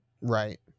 right